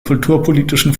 kulturpolitischen